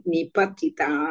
Nipatita